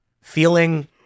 feeling